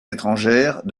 étrangères